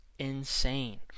Insane